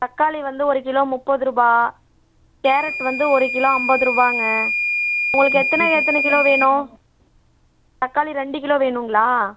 தக்காளி வந்து ஒரு கிலோ முப்பது ரூபா கேரட் வந்து ஒரு கிலோ ஐம்பதுருபாங்க உங்களுக்கு எத்தனை எத்தனை கிலோ வேணும் தக்காளி ரெண்டு கிலோ வேணுங்களா